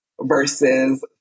Versus